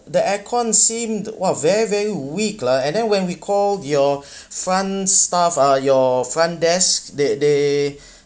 the aircon seemed !wah! very very weak lah and then when we called your front staff ah your front desk they they